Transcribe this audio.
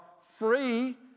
free